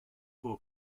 for